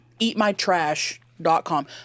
Eatmytrash.com